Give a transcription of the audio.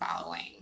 following